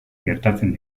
gertatzen